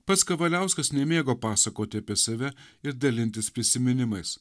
pats kavaliauskas nemėgo pasakoti apie save ir dalintis prisiminimais